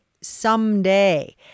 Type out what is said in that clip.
Someday